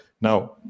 now